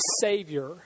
savior